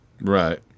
Right